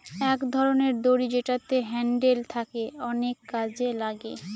এক ধরনের দড়ি যেটাতে হ্যান্ডেল থাকে অনেক কাজে লাগে